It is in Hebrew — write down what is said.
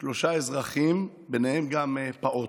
שלושה אזרחים, ובהם גם פעוט.